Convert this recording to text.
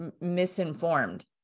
misinformed